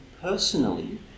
personally